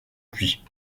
pluie